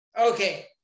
Okay